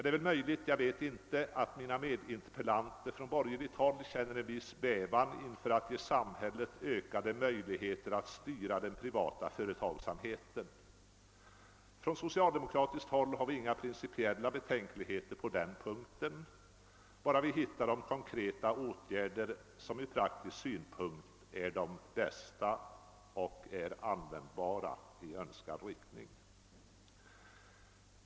Det är möjligt att mina medinterpeilanter från borgerligt håll känner en viss bävan inför att ge samhället ökade möjligheter att styra den privata företagsamheten. Från socialdemokratiskt håll bar vi inga principiella betänkligheter på den punkten, om vi bara kan finna vilka konkreta åtgärder som därvidlag ur praktisk synpunkt är de bästa och mest användbara och som leder i önskad riktning.